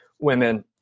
women